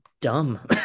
dumb